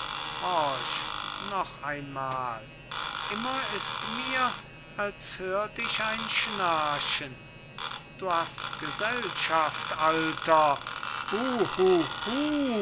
noch einmal immer ist mir als hört ich ein schnarchen du hast gesellschaft alter hu